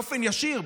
באופן ישיר,